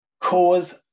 cause